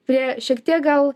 prie šiek tiek gal